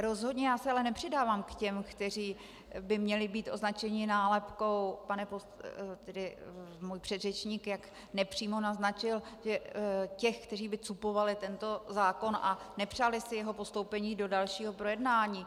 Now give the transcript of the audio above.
Rozhodně se ale nepřidávám k těm, kteří by měli být označeni nálepkou, jak můj předřečník nepřímo naznačil, těch, kteří by cupovali tento zákon a nepřáli si jeho postoupení do dalšího projednání.